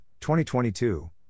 2022